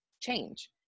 change